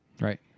Right